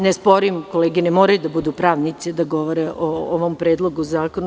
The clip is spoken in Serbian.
Ne sporim, kolege ne moraju da budu pravnici da govore o ovom predlogu zakona.